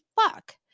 fuck